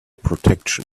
protection